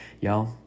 y'all